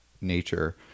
nature